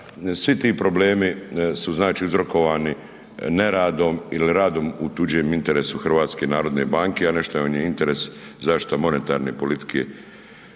svi ti problemi su znači uzrokovani neradom ili radom u tuđem interesu HNB-a a .../Govornik se ne razumije./... interes zaštita monetarne politike